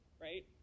right